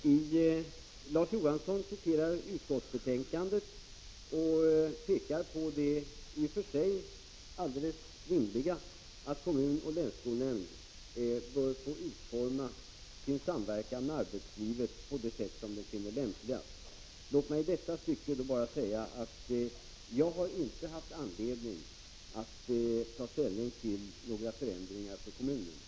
Herr talman! Larz Johansson citerade utskottsbetänkandet och pekade på det i och för sig alldeles rimliga att kommun och länsskolnämnd bör få utforma sin samverkan med arbetslivet på det sätt de finner lämpligast. Låt mig i detta stycke bara säga: Jag har inte haft anledning att ta ställning till några förändringar för kommunerna.